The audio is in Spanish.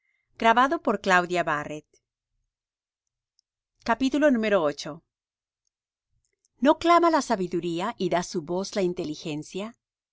cámaras de la muerte no clama la sabiduría y da su voz la inteligencia